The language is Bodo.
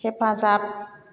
हेफाजाब